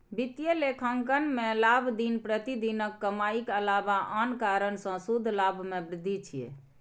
वित्तीय लेखांकन मे लाभ दिन प्रतिदिनक कमाइक अलावा आन कारण सं शुद्ध लाभ मे वृद्धि छियै